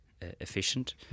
efficient